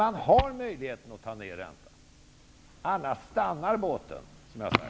Man har möjlighet att få ner räntan -- och det måste ske för annars stannar båten, som jag har sagt.